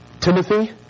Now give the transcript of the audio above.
Timothy